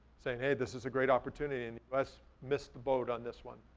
saying, hey, this is a great opportunity and let's miss the boat on this one.